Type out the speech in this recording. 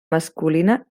masculina